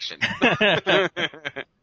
action